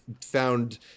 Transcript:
found